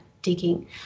Digging